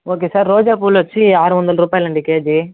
okay sir రోజా పూలొచ్చి ఆరు వందలు రూపాయలు అండి కేజీ